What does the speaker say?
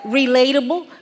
relatable